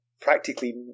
practically